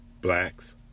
blacks